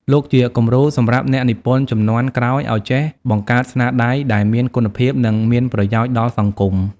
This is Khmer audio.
លោកជាគំរូសម្រាប់អ្នកនិពន្ធជំនាន់ក្រោយឲ្យចេះបង្កើតស្នាដៃដែលមានគុណភាព និងមានប្រយោជន៍ដល់សង្គម។